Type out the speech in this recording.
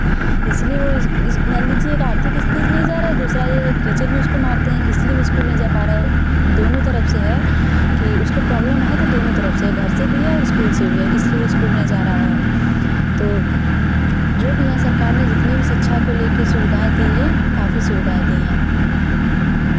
इसलिए वह इस इस मान लीजिए एक आर्थिक किस चीज़ नहीं जा रहा है दूसरा यह है की टीचर भी उसको मारते हैं इसलिए वह स्कूल नहीं जा पा रहा है दोनों तरफ़ से है कि उसको प्रॉब्लम है तो दोनों तरफ़ से घर से भी है और स्कूल से भी है इसलिए वह स्कूल नहीं जा रहा है तो जो भी है सरकार ने जितनी भी शिक्षा को लेकर सुविधाएँ दी हैं काफ़ी सुविधाएँ दिए हैं